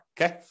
okay